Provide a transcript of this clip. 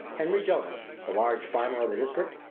henry jonas, the large farmer of the district,